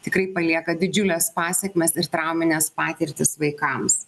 tikrai palieka didžiules pasekmes ir traumines patirtis vaikams